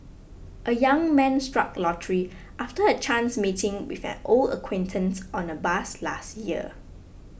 a young man struck lottery after a chance meeting with an old acquaintance on a bus last year